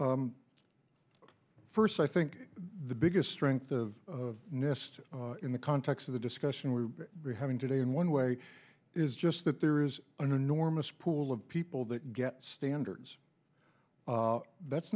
trapped first i think the biggest strength of nest in the context of the discussion we're having today in one way is just that there is an enormous pool of people that get standards that's